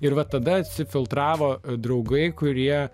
ir va tada atsifiltravo draugai kurie